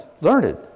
learned